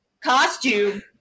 costume